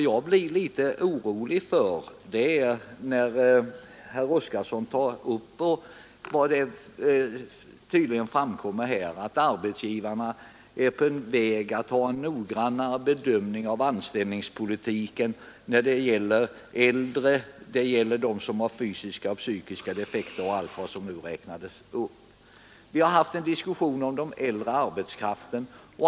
Jag blev litet orolig när herr Oskarson sade att arbetsgivarna är på väg att göra en noggrannare bedömning vid anställning av äldre och sådana som har fysiska och psykiska defekter. Vi har haft en diskussion om den äldre arbetskraften.